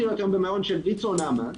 להיות היום במעון של ויצ"ו או נעמ"ת